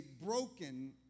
broken